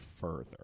further